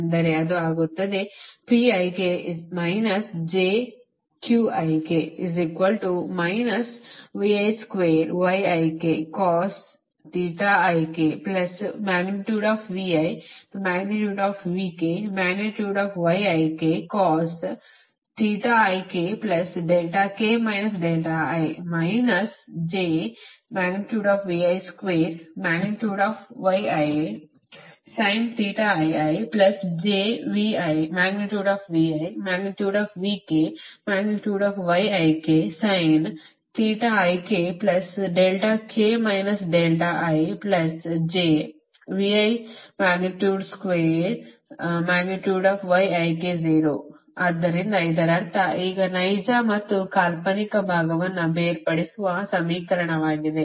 ಅಂದರೆ ಅದು ಆಗುತ್ತದೆ ಆದ್ದರಿಂದ ಇದರರ್ಥ ಈಗ ನೈಜ ಮತ್ತು ಕಾಲ್ಪನಿಕ ಭಾಗವನ್ನು ಬೇರ್ಪಡಿಸುವ ಸಮೀಕರಣವಾಗಿದೆ